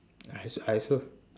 I also I also